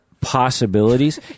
possibilities